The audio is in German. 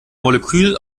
molekül